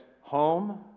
home